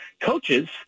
coaches